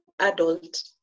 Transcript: adult